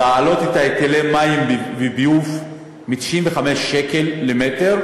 להעלות את היטלי המים והביוב מ-95 שקל למטר